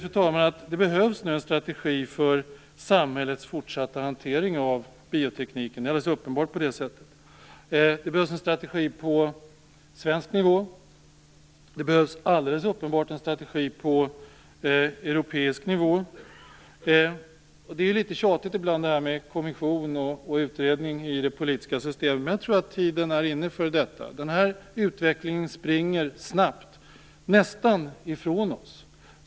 Jag tror att det behövs en strategi för samhällets fortsatta hantering av biotekniken. Det är alldeles uppenbart att det är på det sättet. Det behövs en strategi på svensk nivå och, helt klart, en strategi på europeisk nivå. Ibland är det litet tjatigt att tala om kommissioner och utredningar i det politiska systemet, men jag tror att tiden är inne för sådant. Den här utvecklingen springer snabbt, nästan ifrån oss.